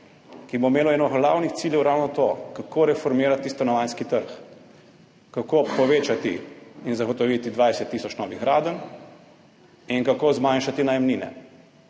katerega eden glavnih ciljev bo ravno to, kako reformirati stanovanjski trg, kako povečati in zagotoviti 20 tisoč novih gradenj in kako zmanjšati najemnine.